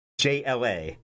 JLA